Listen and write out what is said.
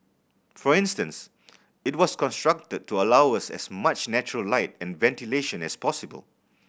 for instance it was constructed to allow as much natural light and ventilation as possible